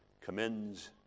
commends